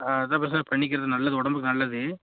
ஆ ரத்த பரிசோதனை பண்ணிக்கிறது நல்லது உடம்புக்கு நல்லது